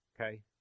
okay